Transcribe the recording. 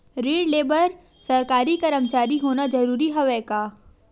ऋण ले बर सरकारी कर्मचारी होना जरूरी हवय का?